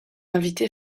invité